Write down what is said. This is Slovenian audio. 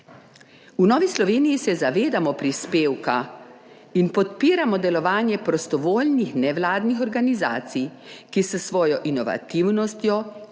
V Novi Sloveniji se zavedamo prispevka in podpiramo delovanje prostovoljnih nevladnih organizacij, ki s svojo inovativnostjo,